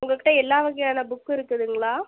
உங்கள்கிட்ட எல்லா வகையான புக்கும் இருக்குதுங்களா